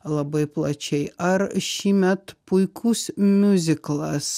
labai plačiai ar šįmet puikus miuziklas